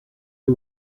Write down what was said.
who